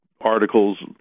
articles